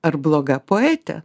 ar bloga poetė